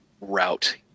route